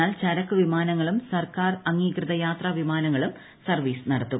എന്നാൽ ചരക്കു വിമാനങ്ങളും സർക്കാർ അംഗീകൃത യാത്രാ വിമാനങ്ങളും സർവ്വീസ് നടത്തും